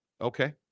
Okay